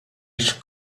esch